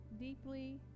Deeply